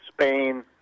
Spain